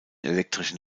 elektrischen